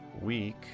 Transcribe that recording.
week